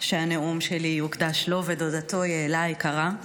שהנאום שלי יוקדש לו, ודודתו יעלה היקרה.